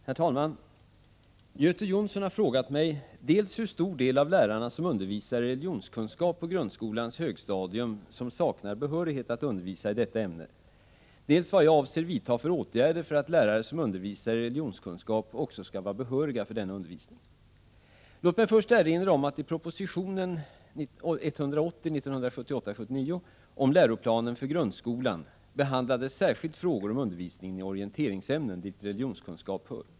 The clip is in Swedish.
Herr talman! Göte Jonsson har frågat mig dels hur stor del av lärarna som undervisar i religionskunskap på grundskolans högstadium som saknar behörighet att undervisa i ämnet, dels vad jag avser vidta för åtgärder för att lärare som undervisar i religionskunskap också skall vara behörig för denna undervisning. Låt mig först erinra om att i propositionen om läroplan för grundskolan behandlades särskilt frågor om undervisningen i orienteringsämnen, dit religionskunskap hör.